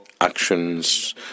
actions